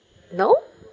no